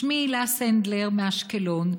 שמי הילה סנדלר מאשקלון,